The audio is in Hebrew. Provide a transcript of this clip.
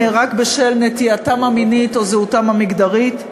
רק בשל נטייתם המינית או זהותם המגדרית.